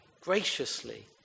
graciously